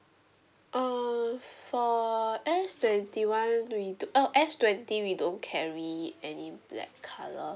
err for S twenty one we do oh S twenty we don't carry any black colour